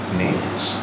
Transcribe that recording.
names